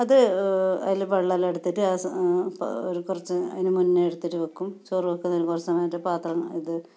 അത് അതിൽ വെള്ളമെല്ലാം എടുത്തിട്ട് ഒരു കുറച്ച് അതിന് മുന്നേ എടുത്തിട്ട് വയ്ക്കും ചോറ് വയ്ക്കുന്നതിന് ഒരുപാട് സമയം അതിൻ്റെ പാത്രം ഇത്